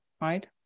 right